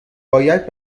باید